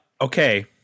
okay